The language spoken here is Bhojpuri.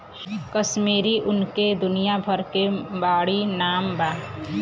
कश्मीरी ऊन के दुनिया भर मे बाड़ी नाम बा